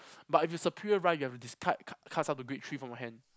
but if it's a pure ride you have to discard card cards of the great three from your hand